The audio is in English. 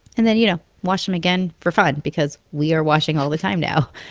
and then, you know, wash them again for fun because we are washing all the time now